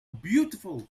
beautiful